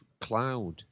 cloud